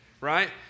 Right